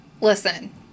Listen